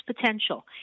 potential